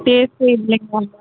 டேஸ்ட்டே இல்லைங்களா மேம்